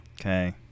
Okay